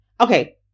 okay